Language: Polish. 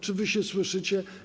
Czy wy się słyszycie?